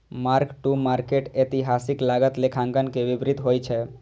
mark to market एतिहासिक लागत लेखांकन के विपरीत होइ छै